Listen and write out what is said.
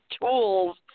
tools